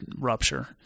rupture